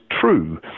true